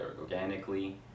organically